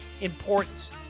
importance